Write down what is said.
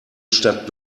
stadt